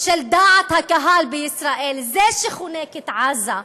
של דעת הקהל בישראל, זה שחונק את עזה,